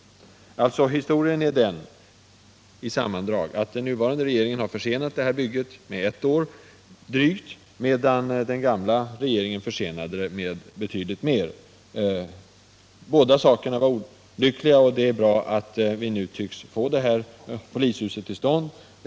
I sammandrag är alltså historien den, att den nuvarande regeringen har försenat det här bygget med drygt ett år, medan den förra regeringen försenade det med betydligt längre tid. Båda sakerna var olyckliga, och det är bra att vi nu tycks få detta polishus till stånd.